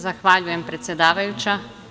Zahvaljujem predsedavajuća.